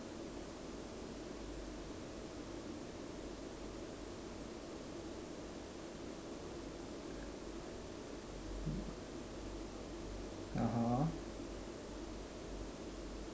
(uh huh)